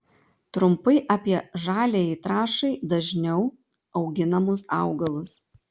trumpai apie žaliajai trąšai dažniau auginamus augalus